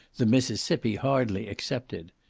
the mississippi hardly excepted.